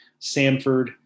Samford